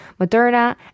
Moderna